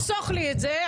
תחסוך לי את זה.